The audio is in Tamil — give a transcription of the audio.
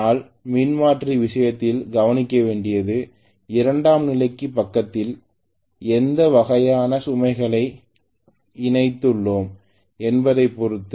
ஆனால் மின்மாற்றி விஷயத்தில் கவனிக்க வேண்டியது இரண்டாம் நிலை பக்கத்தில் எந்த வகையான சுமைகளை இணைத்து உள்ளோம் என்பதைப் பொறுத்தது